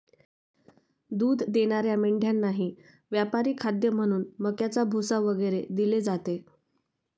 दूध देणाऱ्या मेंढ्यांनाही व्यापारी खाद्य म्हणून मक्याचा भुसा वगैरे दिले जाते